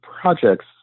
projects